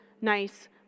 nice